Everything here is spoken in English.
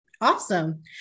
Awesome